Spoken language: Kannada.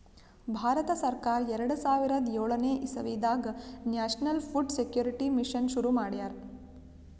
ಭಾರತ ಸರ್ಕಾರ್ ಎರಡ ಸಾವಿರದ್ ಯೋಳನೆ ಇಸವಿದಾಗ್ ನ್ಯಾಷನಲ್ ಫುಡ್ ಸೆಕ್ಯೂರಿಟಿ ಮಿಷನ್ ಶುರು ಮಾಡ್ಯಾರ್